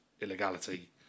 illegality